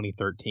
2013